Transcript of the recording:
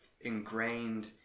ingrained